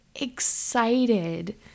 excited